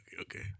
okay